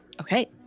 Okay